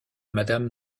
madame